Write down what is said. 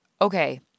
Okay